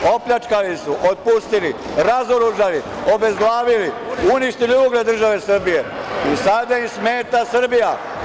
Opljačkali su, otpustili, razoružali, obezglavili, uništili ugled države Srbije i sada im smeta Srbija.